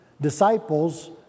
disciples